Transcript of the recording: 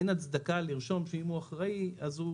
אין הצדקה לרשום שאם הוא אחראי, הוא